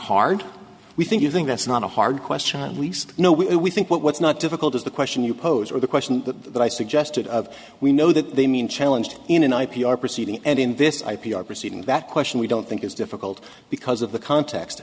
hard we think you think that's not a hard question least no we think what's not difficult is the question you posed or the question that i suggested of we know that they mean challenged in an ip are proceeding and in this ip are proceeding that question we don't think is difficult because of the context